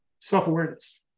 self-awareness